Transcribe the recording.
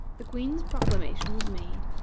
the queen's proclamation was made,